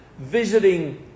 visiting